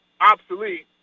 obsolete